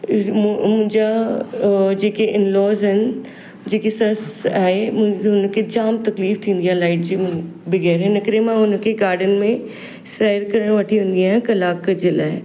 मूं मुंहिंजा जेके इन लॉस आहिनि जेके ससु आहे हुनखे जाम तकलीफ़ थींदी आहे लाइट जी बिगैर हिन करे मां हुनखे गाडन में सै्रु करणु वठी वेंदी आहियां कलाक जे लाइ